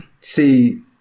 see